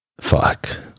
Fuck